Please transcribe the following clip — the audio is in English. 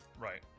right